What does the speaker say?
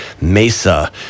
mesa